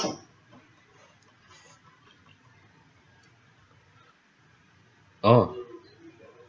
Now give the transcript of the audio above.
oh